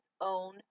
own